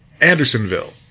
andersonville